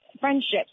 friendships